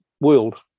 world